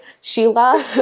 sheila